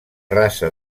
rasa